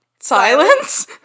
Silence